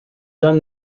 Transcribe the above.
done